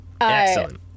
Excellent